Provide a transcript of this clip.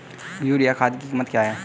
Urea खाद की कीमत क्या है?